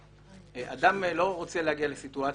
אדם לא רוצה להגיע לסיטואציה,